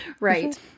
right